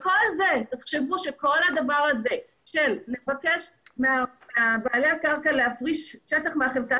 ותחשבו שכל הדבר הזה לבקש מבעלי הקרקע להפריש שטח מהחלקה